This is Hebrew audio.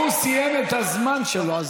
לא,